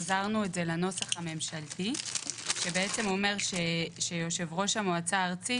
החזרנו את זה לנוסח הממשלתי שבעצם אומר שיושב-ראש המועצה הארצית,